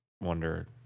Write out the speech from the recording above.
wonder